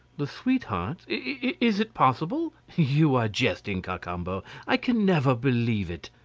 the sweethearts! is it possible? you are jesting, cacambo, i can never believe it!